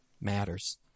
matters